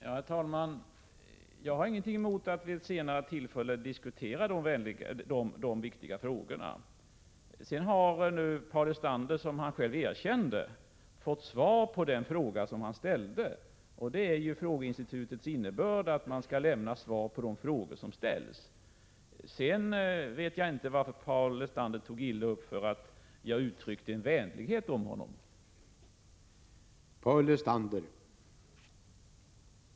Herr talman! Jag har ingenting emot att vid ett senare tillfälle diskutera dessa viktiga frågor. Nu har emellertid Paul Lestander, som han själv erkände, fått svar på den fråga han ställde, och frågeinstitutets innebörd är just att man skall lämna svar på de frågor som ställs. Sedan vet jag inte varför Paul Lestander tog illa upp för att jag uttryckteen = Prot. 1986/87:95 vänlighet om honom. 26 mars 1987